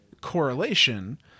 correlation